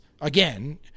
again